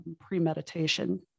premeditation